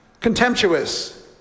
contemptuous